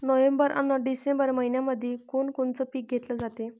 November अन December मइन्यामंधी कोण कोनचं पीक घेतलं जाते?